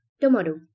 Tomorrow